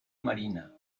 marina